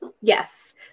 yes